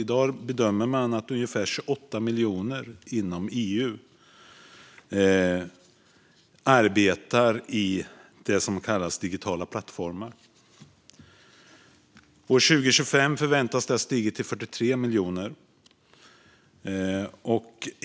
I dag bedömer man att ungefär 28 miljoner inom EU arbetar i det som kallas digitala plattformar. År 2025 förväntas det ha stigit till 43 miljoner.